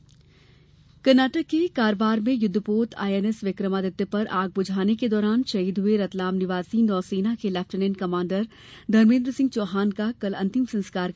विक्रमादित्य पोत आग कर्नाटक के कारवार में युद्धपोत आईएनएस विक्रमादित्य पर आग बुझाने के दौरान शहीद हुए रतलाम निवासी नौसेना के लेफ्टिनेंट कमांडर धर्मेद्रसिंह चौहान का कल अंतिम संस्कार किया जाएगा